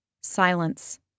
Silence